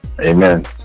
Amen